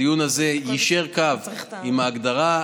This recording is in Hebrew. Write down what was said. הדיון הזה יישר קו עם ההגדרה.